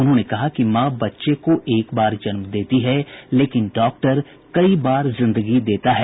उन्होंने कहा कि मॉ बच्चे को एक बार जन्म देती है लेकिन डॉक्टर कई बार जिंदगी देता है